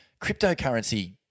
cryptocurrency